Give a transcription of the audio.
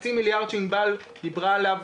החצי מיליארד שענבל דיברה עליו,